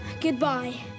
goodbye